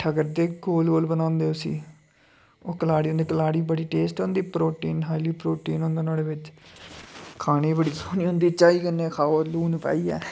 किट्ठा करदे गोल गोल बनांदे उसी ओह् कलाड़ी होंदी कलाड़ी बड़ी टेस्ट होंदी प्रोटीन खाली प्रोटीन होंदा नोहाड़े बिच्च खाने बड़ी सोह्नी होंदी चाही कन्नै खाओ लून पाइयै